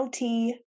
LT